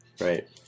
right